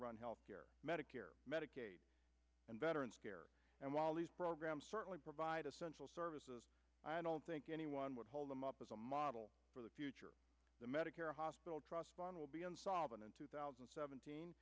run health care medicare medicaid and veterans care and while these programs certainly provide essential services i don't think anyone would hold them up as a model for the future the medicare hospital trust fund will be insolvent in two thousand and seventeen